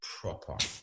proper